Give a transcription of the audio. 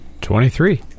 Twenty-three